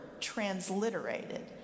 transliterated